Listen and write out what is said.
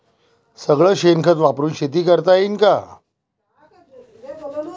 सगळं शेन खत वापरुन शेती करता येईन का?